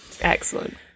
Excellent